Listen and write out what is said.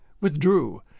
withdrew